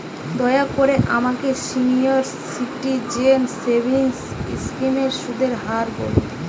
দয়া করে আমাকে সিনিয়র সিটিজেন সেভিংস স্কিমের সুদের হার বলুন